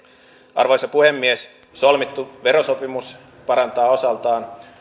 arvoisa puhemies solmittu verosopimus parantaa osaltaan